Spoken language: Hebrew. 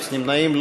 אפס נמנעים.